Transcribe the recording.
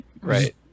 right